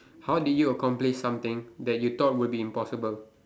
how did you accomplish something that you thought would be impossible